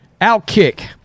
Outkick